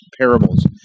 parables